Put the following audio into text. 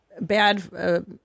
bad